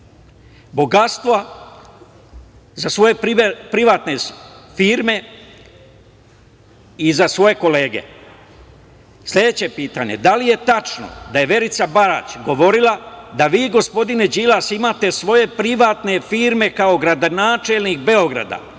Bogatstvo za svoje privatne firme i za svoje kolege? Da li je tačno da je Verica Barać govorila da vi, gospodine Đilas, imate svoje privatne firme kao gradonačelnik Beograda